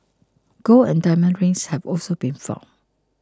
gold and diamond rings have also been found